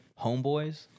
homeboys